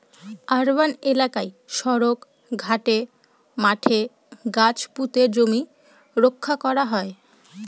urban এলাকায় সড়ক, ঘাটে, মাঠে গাছ পুঁতে জমি রক্ষা করা হয়